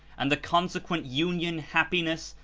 and the consequent union, happiness,